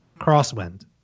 Crosswind